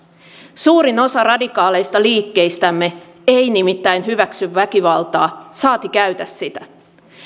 suurin osa radikaaleista liikkeistämme ei nimittäin hyväksy väkivaltaa saati käytä sitä